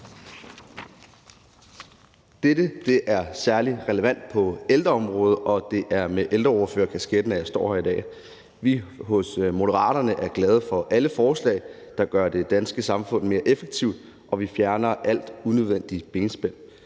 Dette er særlig relevant på ældreområdet, og det er med ældreordførerkasketten på, jeg står her i dag. Vi hos Moderaterne er glade for alle forslag, der gør det danske samfund mere effektivt, og vi fjerner alt unødvendigt benspænd.